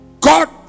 God